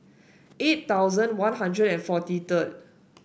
eight thousand One Hundred and forty third